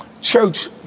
Church